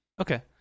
okay